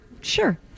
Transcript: Sure